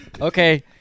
okay